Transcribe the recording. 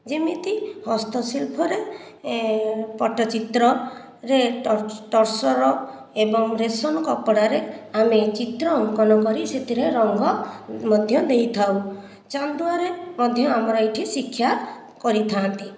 ଯେମିତି ହସ୍ତଶିଳ୍ପରେ ପଟ୍ଟଚିତ୍ରରେ ଟସର ଏବଂ ରେଶମ କପଡ଼ାରେ ଆମେ ଚିତ୍ର ଅଙ୍କନ କରି ସେଥିରେ ରଙ୍ଗ ମଧ୍ୟ ଦେଇଥାଉ ଚାନ୍ଦୁଆରେ ମଧ୍ୟ ଆମର ଏଠି ଶିକ୍ଷା କରିଥାନ୍ତି